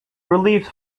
relieved